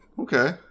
Okay